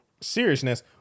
seriousness